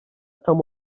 tam